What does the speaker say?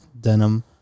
denim